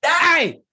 Hey